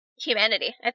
humanity